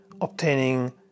obtaining